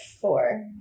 four